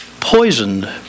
poisoned